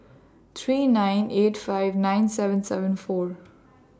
three nine eight five nine seven seven four